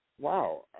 wow